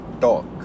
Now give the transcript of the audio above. talk